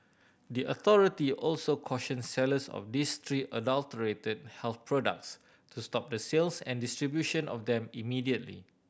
the authority also cautioned sellers of these three adulterated health products to stop the sales and distribution of them immediately